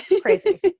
Crazy